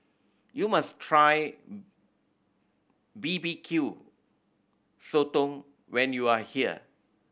you must try B B Q Sotong when you are here